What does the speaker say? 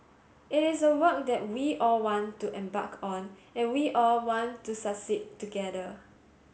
it is a work that we all want to embark on and we all want to succeed together